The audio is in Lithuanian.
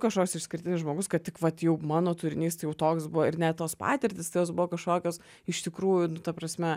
kažkoks išskirtinis žmogus kad tik vat jau mano turinys tai jau toks buvo ir net tos patirtys tai jos buvo kažkokios iš tikrųjų nu ta prasme